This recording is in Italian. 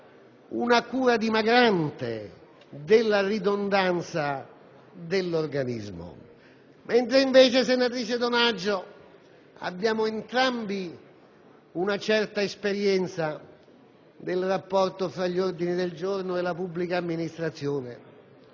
una cura dimagrante rispetto alla ridondanza dell'organismo, mentre noi, senatrice Donaggio, abbiamo entrambi una certa esperienza del rapporto tra gli ordini del giorno e la pubblica amministrazione